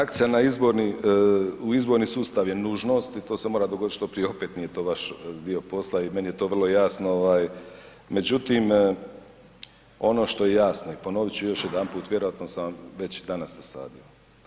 Reakcija na izborni, u izborni sustav je nužnosti i to se mora dogoditi što prije, opet nije to vaš dio posla i meni je to vrlo jasno, ovaj, međutim, ono što je jasno i ponovit ću još jedanput, vjerojatno sam vam već danas dosadio.